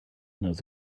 knows